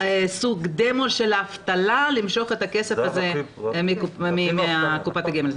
סוג דמו של אבטלה למשוך את הכסף הזה מקופת הגמל,